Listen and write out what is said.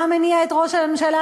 מה מניע את ראש הממשלה,